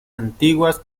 antiguas